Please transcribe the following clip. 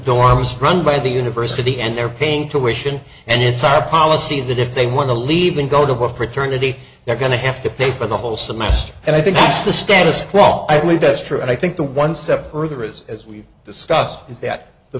dorms run by the university and they're paying to ration and it's our policy that if they want to leave and go to a fraternity they're going to have to pay for the whole semester and i think that's the status quo i believe that's true and i think the one step further is as we've discuss